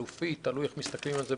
החלופי תלוי איך מסתכלים על זה,